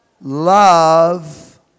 love